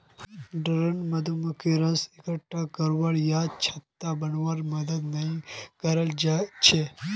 drone मधुमक्खी रस इक्कठा करवा या छत्ता बनव्वात मदद नइ कर छेक